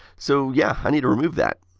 so yeah, i need to remove that.